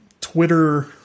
Twitter